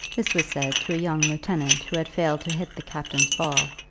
this was said to a young lieutenant who had failed to hit the captain's ball,